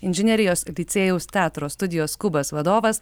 inžinerijos licėjaus teatro studijos kubas vadovas